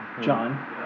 John